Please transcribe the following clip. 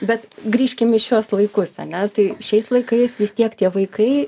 bet grįžkim į šiuos laikus ane tai šiais laikais vis tiek tie vaikai